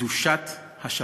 קדושת השבת.